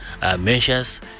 measures